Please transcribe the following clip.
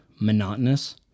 monotonous